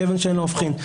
כאבן שאין לה הופכין.